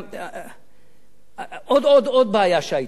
עוד בעיה שהיתה,